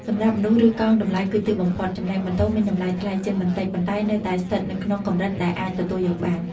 សម្រាប់មនុស្សឬកង់តម្លៃគឺទាបបំផុត ចំណែកម៉ូតូមានតម្លៃថ្លៃជាងបន្តិចប៉ុន្តែនៅតែស្ថិតនៅក្នុងកម្រិតដែលអាចទទួលយកបាន។